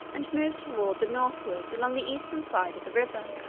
and moved toward the northward, along the eastern side of the river.